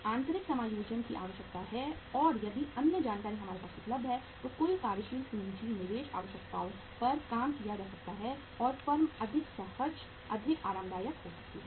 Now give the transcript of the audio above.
आंतरिक समायोजन की आवश्यकता है और यदि अन्य जानकारी हमारे पास उपलब्ध है तो कुल कार्यशील पूंजी निवेश आवश्यकताओं पर काम किया जा सकता है और फर्म अधिक सहज अधिक आरामदायक हो सकती है